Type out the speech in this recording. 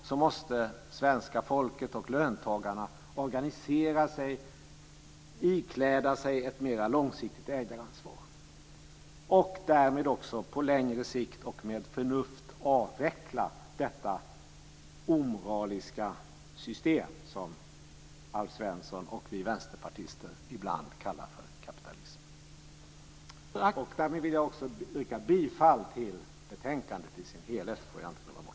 Då måste svenska folket och löntagarna organisera sig och ikläda sig ett mer långsiktigt ägaransvar och därmed på längre sikt och med förnuft avveckla detta omoraliska system som Alf Svensson och vi vänsterpartister ibland kallar för kapitalism. Därmed vill jag yrka bifall till hemställan i betänkandet.